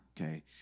okay